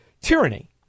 tyranny